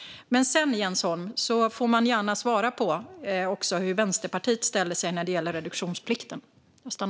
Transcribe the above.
Sedan får dock Jens Holm gärna svara på hur Vänsterpartiet ställer sig till reduktionsplikten.